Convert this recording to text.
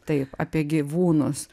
taip apie gyvūnus